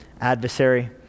adversary